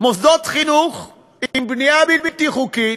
מוסדות חינוך עם בנייה בלתי חוקית